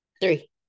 Three